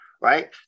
right